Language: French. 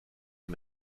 les